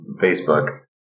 Facebook